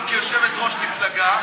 אני מבקש ממך לא להצהיר את הדבר הזה,